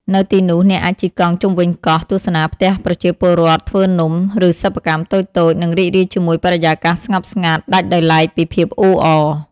នៅទីនោះ អ្នកអាចជិះកង់ជុំវិញកោះ ទស្សនាផ្ទះប្រជាពលរដ្ឋធ្វើនំ ឬសិប្បកម្មតូចៗ និងរីករាយជាមួយបរិយាកាសស្ងប់ស្ងាត់ដាច់ដោយឡែកពីភាពអ៊ូអរ។